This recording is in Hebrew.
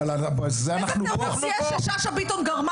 איזה תירוץ יש לזה ששאשא-ביטון גרמה